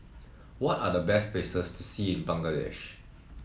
what are the best places to see in Bangladesh